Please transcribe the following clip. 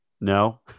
No